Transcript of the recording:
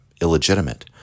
illegitimate